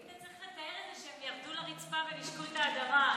היית צריך לתאר את זה שהם ירדו לרצפה ונישקו את האדמה.